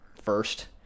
first